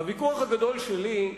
הוויכוח הגדול שלי,